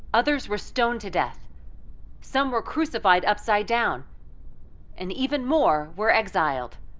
others were stoned to death some were crucified upside down and even more were exiled.